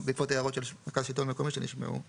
זה בעקבות הערות של המרכז השלטון המקומי שנשמעו בדיון.